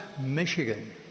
Michigan